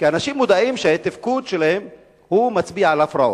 כי אנשים מודעים שהתפקוד שלהם מצביע על הפרעות.